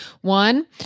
one